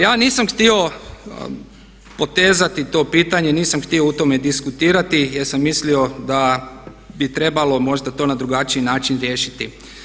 Ja nisam htio potezati to pitanje, nisam htio u tome diskutirati, jer sam mislio da bi trebalo možda to na drugačiji način riješiti.